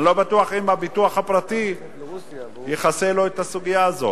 אני לא בטוח אם הביטוח הפרטי יכסה לו את הסוגיה הזאת.